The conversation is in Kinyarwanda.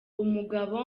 umugabo